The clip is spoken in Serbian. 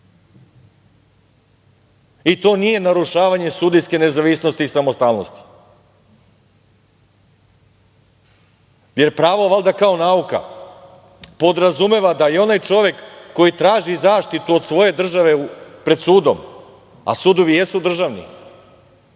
i to nije narušavanje sudijske nezavisnosti i samostalnosti, jer pravo valjda kao nauka podrazumeva da i onaj čovek koji traži zaštitu od svoje države pred sudom, a sudovi jesu državni,